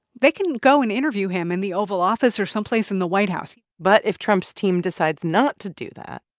they can go and interview him in the oval office or someplace in the white house but if trump's team decides not to do that.